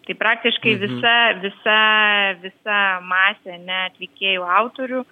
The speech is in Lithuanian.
tai praktiškai visa visa visa masė ne atlikėjų autorių